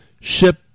ship